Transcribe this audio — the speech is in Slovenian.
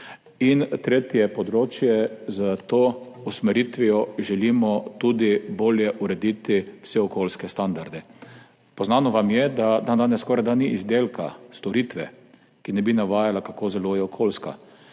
In tretje področje, s to usmeritvijo želimo tudi bolje urediti vse okoljske standarde. Poznano vam je, da dandanes skorajda ni izdelka, storitve, ki ne bi navajala, kako zelo je okoljska.